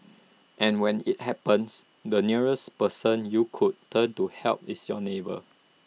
and when IT happens the nearest person you could turn to help is your neighbour